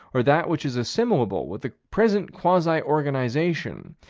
or that which is assimilable with the present quasi-organization,